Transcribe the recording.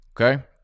Okay